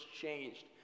changed